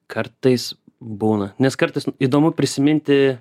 kartais būna nes kartais įdomu prisiminti